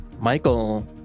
Michael